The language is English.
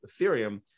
Ethereum